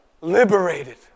liberated